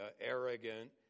arrogant